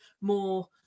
More